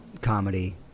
comedy